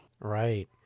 Right